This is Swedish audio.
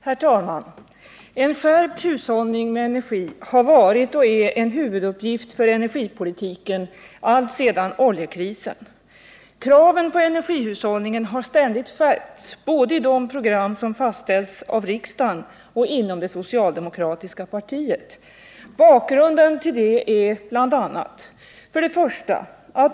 Herr talman! En skärpt hushållning med energi har varit och är en huvuduppgift för energipolitiken alltsedan oljekrisen. Kraven på energihushållningen har ständigt skärpts både i de program som har fastställts av riksdagen och i dem som har fastlagts av det socialdemokratiska partiet. Bakgrunden till detta är bl.a.: 1.